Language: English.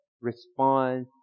response